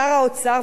שר האוצר,